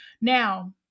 Now